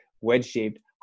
wedge-shaped